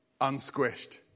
unsquished